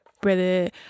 brother